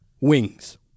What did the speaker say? wings